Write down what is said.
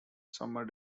summer